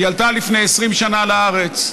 היא עלתה לפני 20 שנה לארץ.